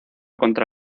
contra